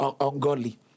ungodly